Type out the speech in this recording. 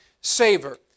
savor